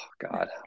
god